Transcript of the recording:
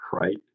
right